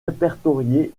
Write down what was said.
répertoriées